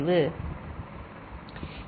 y x1x2 x7